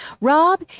Rob